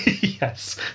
Yes